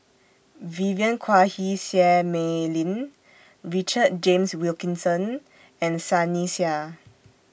Vivien Quahe Seah Mei Lin Richard James Wilkinson and Sunny Sia